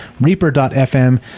Reaper.fm